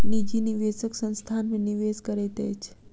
निजी निवेशक संस्थान में निवेश करैत अछि